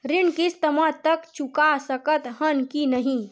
ऋण किस्त मा तक चुका सकत हन कि नहीं?